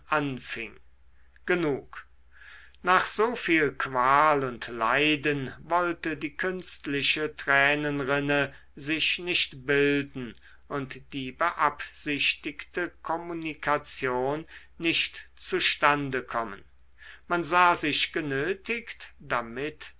anfing genug nach so viel qual und leiden wollte die künstliche tränenrinne sich nicht bilden und die beabsichtigte kommunikation nicht zustande kommen man sah sich genötigt damit